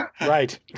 Right